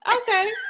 Okay